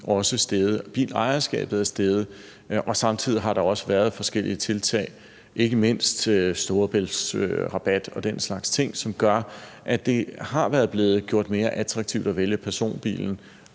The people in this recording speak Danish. også er steget og bilejerskabet er steget. Samtidig har der også været forskellige tiltag – ikke mindst Storebæltsrabat og den slags ting – som gør, at det har været gjort mere attraktivt at vælge personbilen